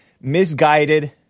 Misguided